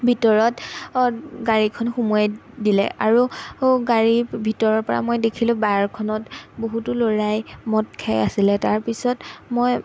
ভিতৰত গাড়ীখন সোমোৱাই দিলে আৰু গাড়ীৰ ভিতৰৰ পৰা মই দেখিলোঁ বাৰখনত বহুতো ল'ৰাই মদ খাই আছিলে তাৰপিছত মই